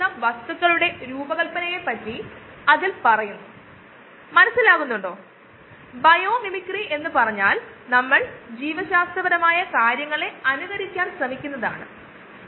എന്നാൽ ഈ കോഴ്സിന്റെ കാര്യത്തിൽ നമ്മൾ ഉപകാരപ്രദമായ് നമ്മൾ ചെയുന്ന എല്ലാത്തിനും നമ്മൾ പ്രാധാന്യം കൊടുക്കുന്നു അതായത് ബയോറിയാക്ടർ അതുപോലെ അപ്പ്സ്ട്രീം കാര്യങ്ങൾക്ക് ആണ് നമ്മൾ കൂടുതൽ പ്രാധാന്യം കൊടുക്കുന്നത്